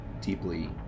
deeply